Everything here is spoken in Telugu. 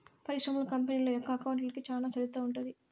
పరిశ్రమలు, కంపెనీల యొక్క అకౌంట్లకి చానా చరిత్ర ఉంటది